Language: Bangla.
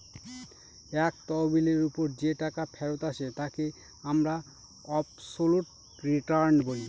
এক তহবিলের ওপর যে টাকা ফেরত আসে তাকে আমরা অবসোলুট রিটার্ন বলি